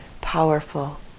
powerful